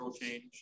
change